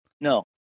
No